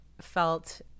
felt